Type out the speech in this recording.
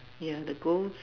yeah the ghost